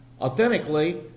authentically